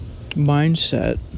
mindset